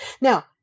Now